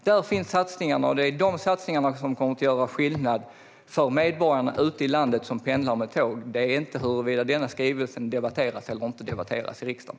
Där finns satsningarna, och det är de satsningarna som kommer att göra skillnad för de medborgare ute i landet som pendlar med tåg, inte huruvida denna skrivelse debatteras eller inte debatteras i riksdagen.